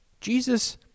Jesus